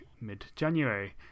mid-january